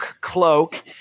cloak